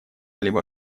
либо